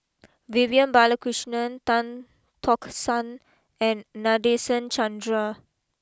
Vivian Balakrishnan Tan Tock San and Nadasen Chandra